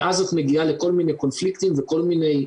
ואז את מגיעה לכל מיני קונפליקטים וכל מיני